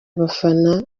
abafana